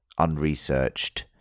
unresearched